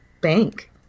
bank